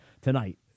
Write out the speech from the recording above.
tonight